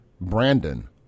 Brandon